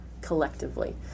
collectively